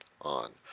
on